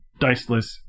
diceless